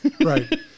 Right